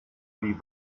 die